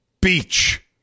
beach